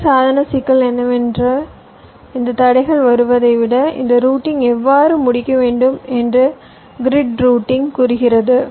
எனவே சாதாரண சிக்கல் என்னவென்றால் இந்த தடைகள் வருவதை விட இந்த ரூட்டிங் எவ்வாறு முடிக்க வேண்டும் என்று கிரிட் ரூட்டிங் கூறுகிறது